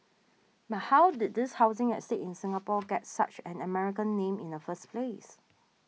but how did this housing estate in Singapore get such an American name in the first place